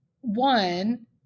one